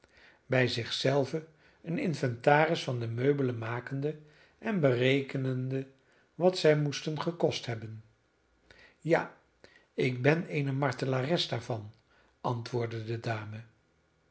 bij zich zelve een inventaris van de meubelen makende en berekenende wat zij moesten gekost hebben ja ik ben eene martelares daarvan antwoordde de dame